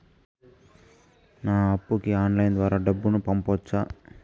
నా అప్పుకి ఆన్లైన్ ద్వారా డబ్బును పంపొచ్చా